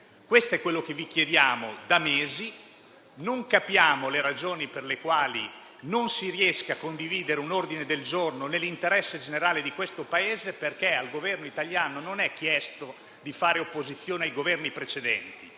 Questo è quello che vi chiediamo da mesi; non capiamo le ragioni per le quali non si riesca a condividere un ordine del giorno nell'interesse generale del Paese. Al Governo italiano non è chiesto di fare opposizione ai Governi precedenti,